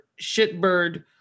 shitbird